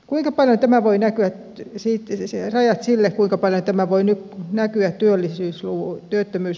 mutta tämä voi näkyä asettaneet rajat sille kuinka paljon tämä voi näkyä työttömyysluvuissa